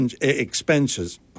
expenses